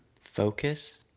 focus